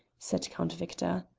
said count victor.